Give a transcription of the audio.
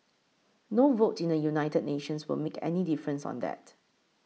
no vote in the United Nations will make any difference on that